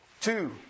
Two